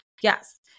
yes